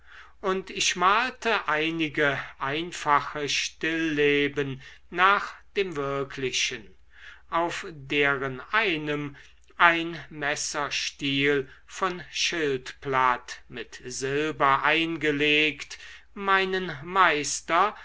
und ich malte einige einfache stilleben nach dem wirklichen auf deren einem ein messerstiel von schildpatt mit silber eingelegt meinen meister